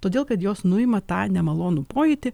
todėl kad jos nuima tą nemalonų pojūtį